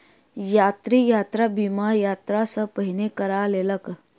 यात्री, यात्रा बीमा, यात्रा सॅ पहिने करा लेलक